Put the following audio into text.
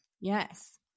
Yes